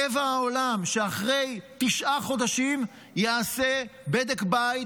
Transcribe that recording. טבע העולם שאחרי תשעה חודשים יעשה בדק בית,